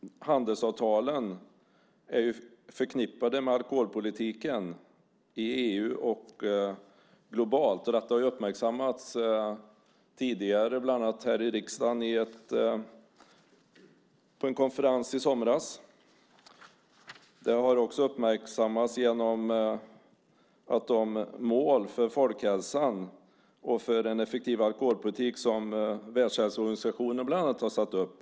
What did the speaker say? Handelsavtalen är ju förknippade med alkoholpolitiken i EU och globalt, och detta har uppmärksammats tidigare, bland annat här i riksdagen på en konferens i somras. Det har också uppmärksammats genom de mål för folkhälsan och för en effektiv alkoholpolitik som Världshälsoorganisationen har satt upp.